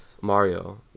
Mario